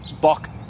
buck